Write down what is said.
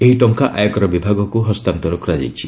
ଏହି ଟଙ୍କା ଆୟକର ବିଭାଗକୁ ହସ୍ତାନ୍ତର କରାଯାଇଛି